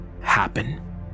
happen